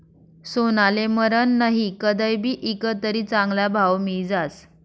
सोनाले मरन नही, कदय भी ईकं तरी चांगला भाव मियी जास